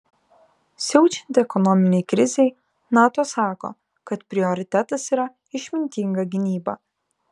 siaučiant ekonominei krizei nato sako kad prioritetas yra išmintinga gynyba